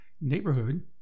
neighborhood